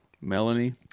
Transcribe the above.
Melanie